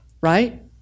right